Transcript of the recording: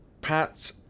Pat